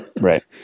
right